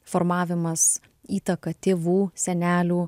formavimas įtaka tėvų senelių